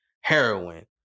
heroin